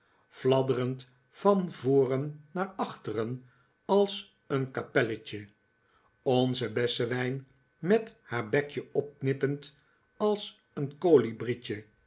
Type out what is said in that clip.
fladderend van voren naar achteren als een kapelletje onzen bessenwijn met haar bekje opnippend als een